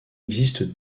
existent